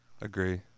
Agree